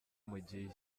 mugiye